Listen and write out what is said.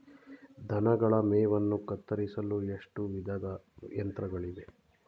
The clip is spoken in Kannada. ದನಗಳ ಮೇವನ್ನು ಕತ್ತರಿಸಲು ಎಷ್ಟು ವಿಧದ ಯಂತ್ರಗಳಿವೆ?